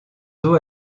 eaux